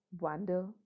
wonder